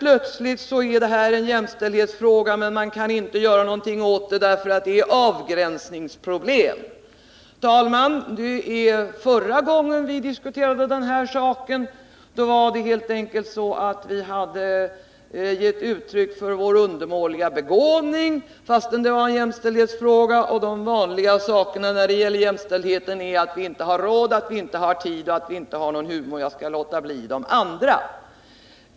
Plötsligt har detta blivit en jämställdhetsfråga, men man kan inte göra någonting åt saken, eftersom det finns avgränsningsproblem. Herr talman! Förra gången vi diskuterade den här saken ansågs det visserligen att det var en jämställdhetsfråga, men då skulle vi ha gett uttryck för vår undermåliga begåvning. De vanliga invändningarna när det gäller jämställdheten är att man inte har råd, att man inte har tid, att vi inte har någon humor — jag skall inte räkna upp de andra invändningarna.